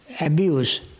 abuse